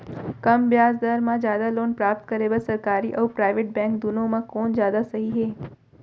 कम ब्याज दर मा जादा लोन प्राप्त करे बर, सरकारी अऊ प्राइवेट बैंक दुनो मा कोन जादा सही हे?